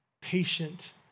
patient